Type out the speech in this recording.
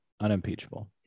unimpeachable